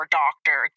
doctor